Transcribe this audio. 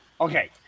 Okay